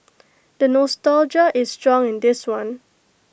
the nostalgia is strong in this one